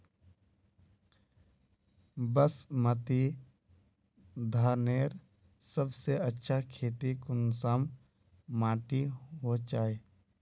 बासमती धानेर सबसे अच्छा खेती कुंसम माटी होचए?